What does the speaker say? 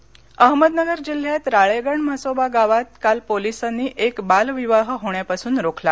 बालविवाह अहमदनगर जिल्ह्यात राळेगण म्हसोबा गावात काल पोलिसांनी एक बालविवाह होण्यापासून रोखला